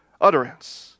utterance